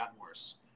worse